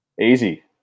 Easy